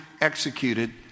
executed